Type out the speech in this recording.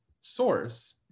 source